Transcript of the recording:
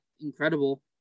incredible